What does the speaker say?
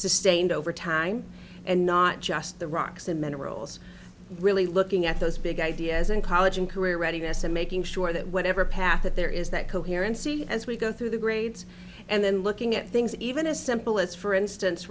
sustained over time and not just the rocks and minerals really looking at those big ideas in college and career ready this and making sure that whatever path that there is that coherency as we go through the grades and then looking at things even as simple as for instance